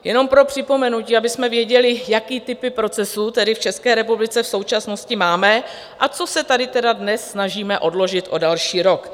Jenom pro připomenutí, abychom věděli, jaké typy procesů tedy v České republice v současnosti máme a co se tady dnes snažíme odložit o další rok.